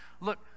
Look